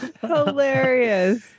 hilarious